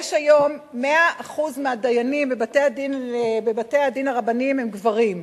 היום 100% הדיינים בבתי-הדין הרבניים הם גברים,